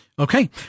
Okay